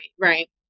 right